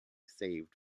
saved